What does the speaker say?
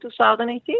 2018